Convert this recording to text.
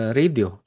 radio